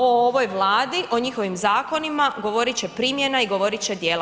O ovoj Vladi, o njihovim zakonima govorit će primjena i govorit će djela.